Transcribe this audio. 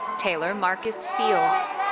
taylor marcus fields.